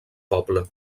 poble